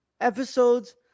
episodes